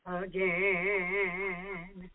again